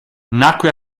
nacque